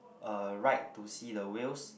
uh ride to see the whales